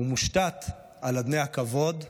ומושתת על אדני הכבוד והשיתוף.